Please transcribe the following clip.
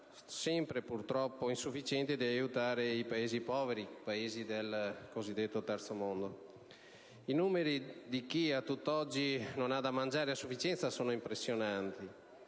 sempre insufficiente, di aiutare i Paesi poveri (cosiddetto Terzo mondo). I numeri di chi, a tutt'oggi, non ha da mangiare a sufficienza sono impressionanti.